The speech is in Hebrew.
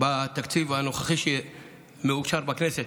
בתקציב הנוכחי שמאושר בכנסת